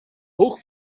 hoog